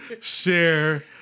Share